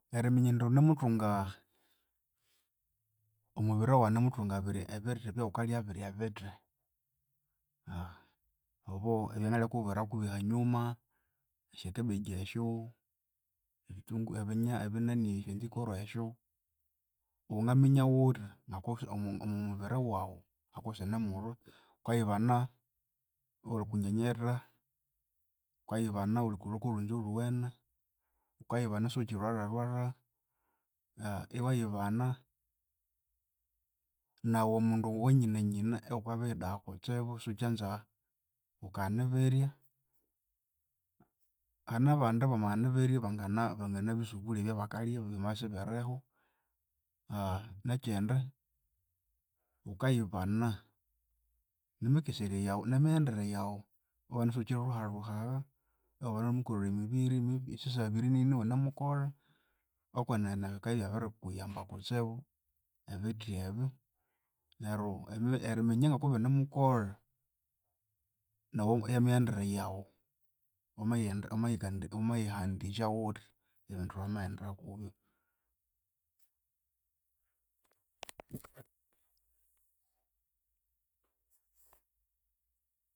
Eriminya indi wunemuthunga omubiri wawu anemuthunga birya ebithi ebyawukalya birya ebithi obo ebyangalyakubwirako ahanyuma, esyakabbage esyo, esyantikoro esyo, wangaminya wuthi omu- omubiri wawu ngokusinemulwa, wukayibana iwulikunyenyetha, wukayibana iwulikulhwa ko lhunza olhuwene, wukayibana isiwukyi lhwalha lhwalha iwayibana nawu mundu wanyinenyine iwukabiyidagha kutsibu siwukyanza wukaghana ibirya. Hane abandi bamaghana ebirya bangana banganabisubulya ebyabakalya byamabya isibiriho. nekyindi wukayibana nemikeserye yawu nemighendrere yawu iwabana isiwukyilhuhalhuha, iwabana iwunemukolha emibiri esya saha abiri nini iwunemukolha, okwenene bikabya ibyabirikuyamba kutsibu ebithi ebyo neryu ebi- eriminya kubinemukolha nawu emighendere yawu wamayihangisha wuthi eriminya wuthi wamaghendera kubyo.